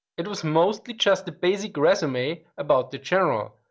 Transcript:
it was mostly just the basic resume about the general.